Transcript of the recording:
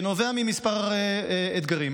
שנובע מכמה אתגרים.